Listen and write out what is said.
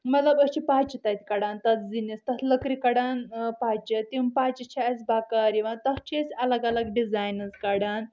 مطلب أسۍ چھِ پچہِ تتہِ کڑان تتھ زِنِس تتھ لکرِ کڑان پچہِ تِم پچہِ چھِ اسہِ بکار یِوان تتھ چھِ أسۍ الگ الگ ڈزاینٕز کڑان